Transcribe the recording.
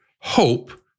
Hope